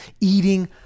eating